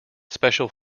special